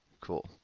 Cool